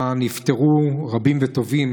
שבה נפטרו רבים וטובים,